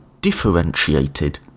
differentiated